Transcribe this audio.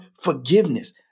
forgiveness